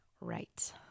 Right